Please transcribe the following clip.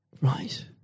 Right